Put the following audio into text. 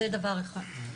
זה דבר אחד.